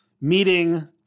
meeting